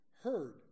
heard